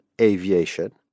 Aviation